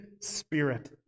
spirit